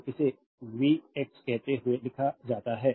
तो इसे वीएक्स कहते हुए लिखा जाता है